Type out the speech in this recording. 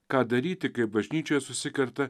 ką daryti kai bažnyčioje susikerta